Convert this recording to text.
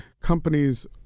companies